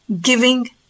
Giving